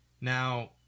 Now